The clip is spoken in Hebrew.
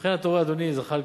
ובכן, אתה רואה, אדוני זחאלקה,